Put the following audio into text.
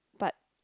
but